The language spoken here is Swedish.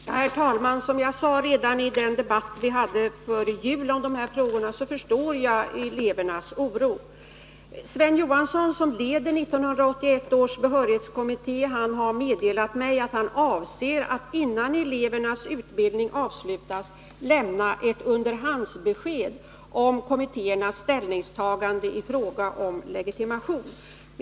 Herr talman! Som jag sade redan i den debatt vi hade före jul om dessa frågor förstår jag elevernas oro. Sven Johansson. som leder 1981 års behörighetskommitté, har meddelat mig att han avser att innan elevernas utbildning avslutas lämna ett underhandsbesked om kommitténs ställningstagande i fråga om legitimation.